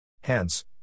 Hence